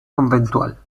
conventual